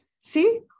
See